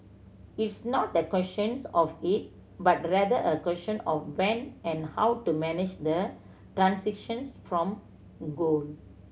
it's not the questions of if but rather a question of when and how to manage the transitions from coal